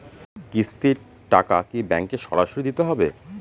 কিস্তির টাকা কি ব্যাঙ্কে সরাসরি দিতে হবে?